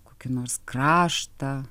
kokį nors kraštą